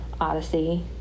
odyssey